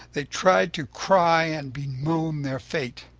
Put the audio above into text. they tried to cry and bemoan their fate.